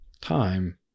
time